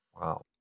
Wow